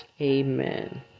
Amen